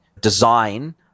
design